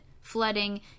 flooding